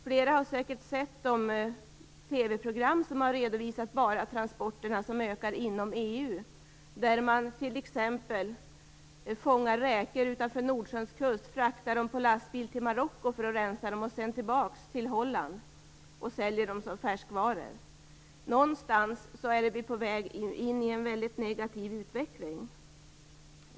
Flera har säkert sett de TV-program som har redovisat hur transporterna ökar bara inom EU. Ett exempel är att man fångar räkor utanför Nordsjökusten, fraktar dem på lastbil till Marocko för att rensa dem och sedan fraktar dem tillbaka igen till Holland där de säljs som färskvaror. På något sätt är vi på väg in i en väldigt negativ utveckling.